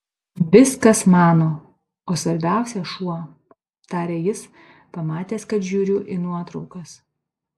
viskas mano o svarbiausia šuo tarė jis pamatęs kad žiūriu į nuotraukas